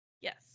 Yes